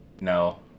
no